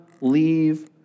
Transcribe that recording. leave